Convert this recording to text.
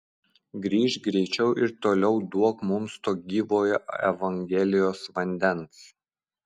grįžk greičiau ir toliau duok mums to gyvojo evangelijos vandens